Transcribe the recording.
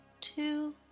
two